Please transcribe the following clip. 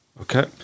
Okay